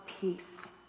peace